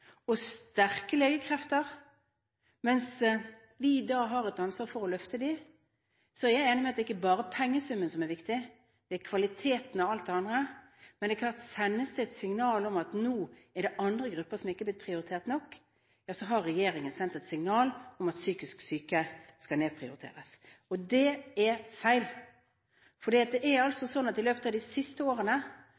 og sterke legekrefter, mens vi har et ansvar for å løfte dem. Så jeg er enig i at det ikke bare er pengesummen som er viktig. Det er kvaliteten av alt det andre. Men det er klart: Sendes det et signal om at nå er det andre grupper som ikke er blitt prioritert nok, har regjeringen sendt et signal om at psykisk syke skal nedprioriteres. Og det er feil.